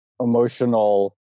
emotional